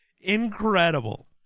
Incredible